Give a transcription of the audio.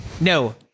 No